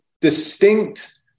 distinct